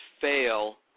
fail